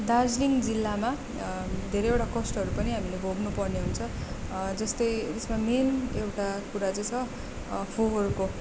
दार्जिलिङ जिल्लामा धेरैवटा कष्टहरू पनि हामीले भोग्नु पर्ने हुन्छ जस्तै यसमा मेन एउटा कुरा चाहिँ छ फोहोरको